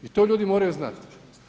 I to ljudi moraju znati.